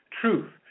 Truth